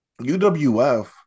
UWF